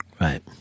Right